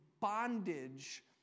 bondage